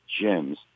gems